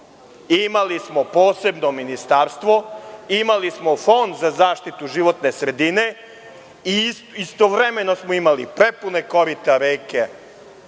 smo posebno ministarstvo. Imali smo Fond za zaštitu životne sredine. Istovremeno smo imali prepune korita reke